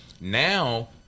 now